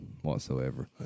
whatsoever